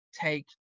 take